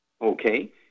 Okay